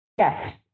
Yes